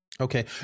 Okay